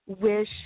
wish